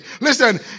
Listen